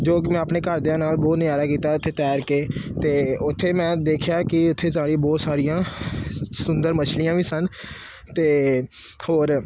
ਜੋ ਕਿ ਮੈਂ ਆਪਣੇ ਘਰਦਿਆਂ ਨਾਲ ਬਹੁਤ ਨਜ਼ਾਰਾ ਕੀਤਾ ਉੱਥੇ ਤੈਰ ਕੇ ਅਤੇ ਉੱਥੇ ਮੈਂ ਦੇਖਿਆ ਕਿ ਉੱਥੇ ਸਾਰੀ ਬਹੁਤ ਸਾਰੀਆਂ ਸੁੰਦਰ ਮਛਲੀਆਂ ਵੀ ਸਨ ਅਤੇ ਹੋਰ